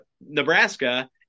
nebraska